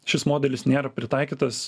šis modelis nėra pritaikytas